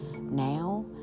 now